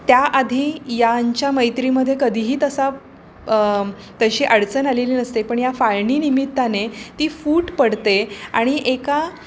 त्या आधी यांच्या मैत्रीमध्ये कधीही तसा तशी अडचण आलेली नसते पण या फाळणीमित्तानेती फूट पडते आणि एका